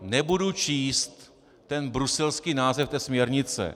Nebudu číst ten bruselský název směrnice.